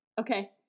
Okay